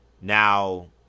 now